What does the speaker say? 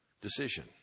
decision